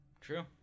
True